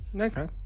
Okay